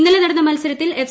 ഇന്നലെ നടന്ന മത്സരത്തിൽ എഫ്